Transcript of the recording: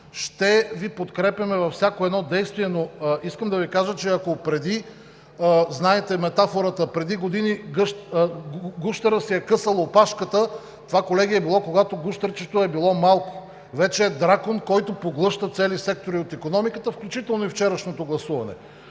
Ще Ви подкрепяме във всяко едно действие, но искам да Ви кажа, че, знаете метафората, ако преди години гущерът си е късал опашката, това, колеги, е било, когато гущерчето е било малко. Вече е дракон, който поглъща цели сектори от икономиката, включително и вчерашното гласуване.